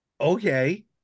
Okay